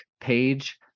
page